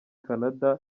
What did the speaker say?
canada